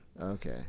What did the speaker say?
Okay